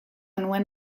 nuen